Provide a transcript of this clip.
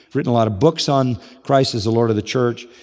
written a lot of books on christ as the lord of the church.